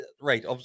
Right